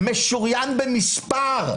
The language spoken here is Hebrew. משוריין במספר.